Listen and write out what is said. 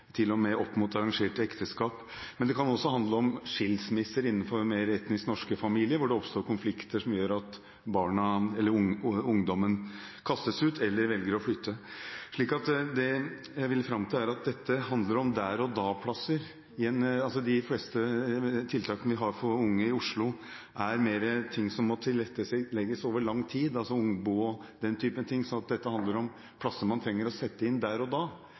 opp mot arrangerte ekteskap. Men det kan også handle om skilsmisser innenfor mer etnisk norske familier, hvor det oppstår konflikter som gjør at ungdommen kastes ut eller velger å flytte. Det jeg vil fram til, er at dette handler om «der-og-da-plasser». De fleste botiltakene vi har for unge i Oslo, er mer ting som må tilrettelegges over lang tid, altså Ungbo og den typen tiltak. Dette handler om plasser man trenger å sette inn der og da.